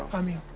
i mean,